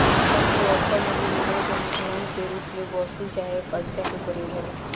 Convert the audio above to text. अर्थव्यस्था में बिनिमय के माध्यम के रूप में वस्तु चाहे पईसा के प्रयोग होला